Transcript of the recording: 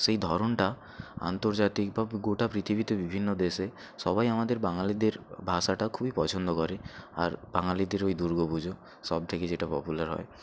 সেই ধরনটা আন্তর্জাতিক বা গোটা পৃথিবীতে বিভিন্ন দেশে সবাই আমাদের বাঙালিদের ভাষাটা খুবই পছন্দ করে আর বাঙালিদের ওই দুর্গা পুজো সবথেকে যেটা পপুলার হয়